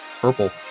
purple